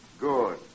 Good